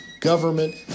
government